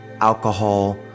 alcohol